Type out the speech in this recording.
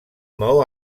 maó